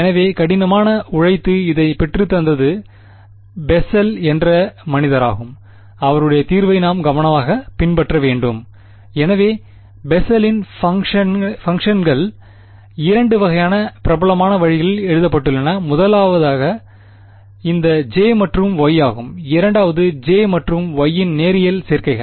எனவே கடினமாக உழைத்து இதனை பெற்று தந்தது பெசெல் என்ற மனிதறாகும் அவருடைய தீர்வை நாம் கவனமாக பின்பற்ற வேண்டும் எனவே பெசலின் பங்க்ஷன்கள் இரண்டு வகையான பிரபலமான வழிகளில் எழுதப்பட்டுள்ளன முதலாவது இந்த J மற்றும் Y ஆகும் இரண்டாவது J மற்றும் Y இன் நேரியல் சேர்க்கைகள்